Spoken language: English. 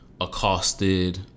accosted